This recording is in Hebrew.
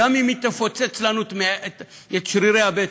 גם אם היא תפוצץ לנו את שרירי הבטן,